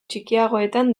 txikiagoetan